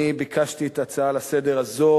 אני ביקשתי את ההצעה הזו לסדר-היום